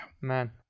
man